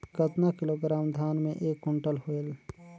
कतना किलोग्राम धान मे एक कुंटल होयल?